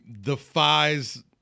defies